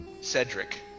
Cedric